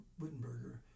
Wittenberger